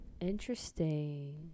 Interesting